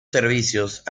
servicios